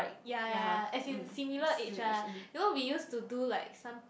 ya ya ya as in similar age lah you know we used to do like some